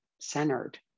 centered